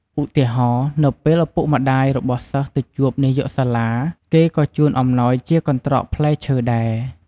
ឧទាហរណ៍ នៅពេលឪពុកម្ដាយរបស់សិស្សទៅជួបនាយកសាលា គេក៏ជូនអំណោយជាកន្ត្រកផ្លែឈើដែរ។